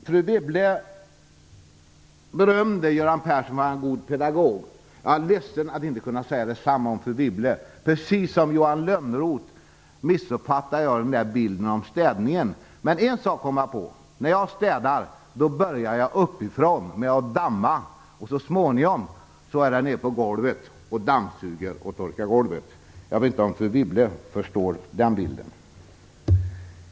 Fru Wibble berömde Göran Persson för att vara en god pedagog. Jag är ledsen över att inte kunna säga detsamma om fru Wibble. Precis som Johan Lönnroth missuppfattade jag bilden om städning. Men en sak kom jag på: När jag städar börjar jag uppifrån med att damma, och så småningom kommer jag ner till golvet och dammsuger och torkar det. Jag vet inte om fru Wibble förstår den bilden.